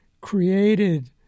created